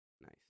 Nice